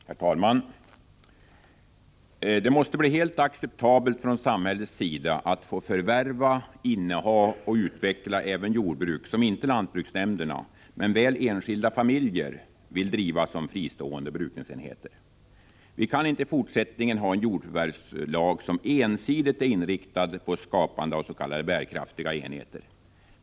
Herr talman! Det måste bli helt acceptabelt från samhällets sida att få förvärva, inneha och utveckla även jordbruk som inte lantbruksnämnderna — men väl enskilda familjer — vill driva som fristående brukningsenheter. Vi kan inte i fortsättningen ha en jordförvärvslag som ensidigt är inriktad på skapande av s.k. bärkraftiga enheter.